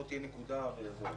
זאת תהיה נקודה וזהו.